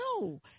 No